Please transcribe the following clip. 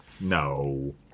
No